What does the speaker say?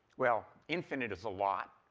well, infinite is a lot,